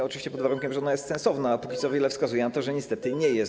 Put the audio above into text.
Oczywiście pod warunkiem, że ona jest sensowna, a póki co wiele wskazuje na to, że niestety nie jest.